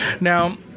Now